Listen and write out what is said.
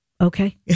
okay